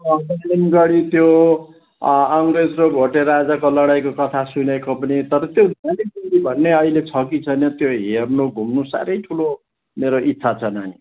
main गरी त्यो अङ्ग्रेज र भोटे राजाको लडाईँको कथा सुनेको पनि तर त्यो भन्ने अहिले छ कि छैन त्यो हर्नेु घुम्नु मेरो साह्रै ठुलो मेरो इच्छा छ नानी